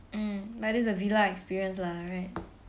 um but it's a villa experience lah right